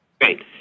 Great